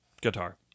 guitar